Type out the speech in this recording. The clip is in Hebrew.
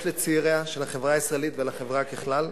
לצעיריה של החברה הישראלית ולחברה ככלל.